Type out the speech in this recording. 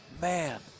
man